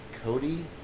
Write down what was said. Cody